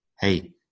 hey